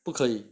不可以